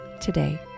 today